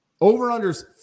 Over-unders